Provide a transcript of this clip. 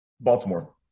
Baltimore